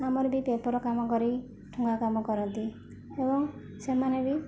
ଆମର ବି ପେପର୍ କାମ କରି ଠୁଙ୍ଗା କାମ କରନ୍ତି ଓ ସେମାନେ ବି